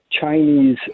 Chinese